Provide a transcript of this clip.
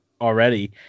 already